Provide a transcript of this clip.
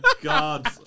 God